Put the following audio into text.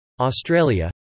Australia